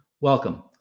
Welcome